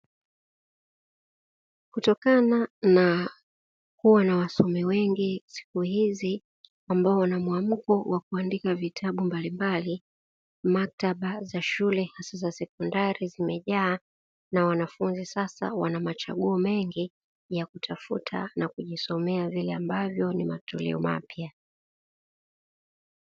Kutokana na kuwa na wasomi wengi siku hizi ambao wanamuamuko wa kuandika vitabu mbalimbali, maktaba za shule za sekondari zimejaa na wanafunzi sasa wana machaguo mengi ya kutafta na kujisomea vile ambavyo ni matoleo mapya.